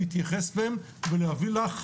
להתייחס אליהם ולהביא לך,